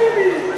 תני לי.